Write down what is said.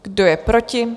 Kdo je proti?